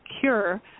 cure